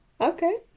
Okay